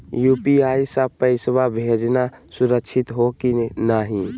UPI स पैसवा भेजना सुरक्षित हो की नाहीं?